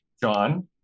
John